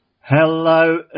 Hello